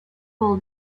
haul